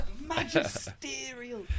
Magisterial